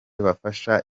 bafasha